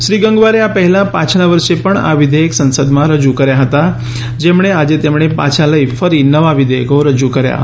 શ્રી ગંગવારે આ પહેલા પાછલા વર્ષે પણ આ વિધેયક સંસદમાં રજૂ કર્યા હતા જેમણે આજે તેમણે પાછા લઇ ફરી નવા વિધેયકો રજૂ કર્યાં